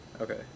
Okay